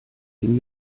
dem